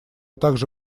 также